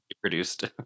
produced